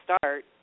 start